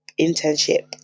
internship